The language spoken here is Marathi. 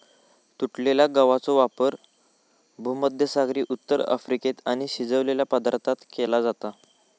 तुटलेल्या गवाचो वापर भुमध्यसागरी उत्तर अफ्रिकेत आणि शिजवलेल्या पदार्थांत केलो जाता